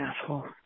asshole